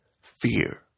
fear